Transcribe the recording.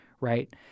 Right